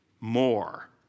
more